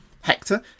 Hector